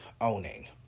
owning